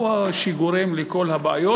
הוא שגורם לכל הבעיות.